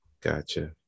gotcha